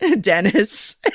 Dennis